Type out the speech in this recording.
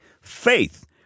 Faith